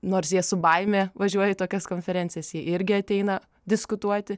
nors jie su baime važiuoja į tokias konferencijas jie irgi ateina diskutuoti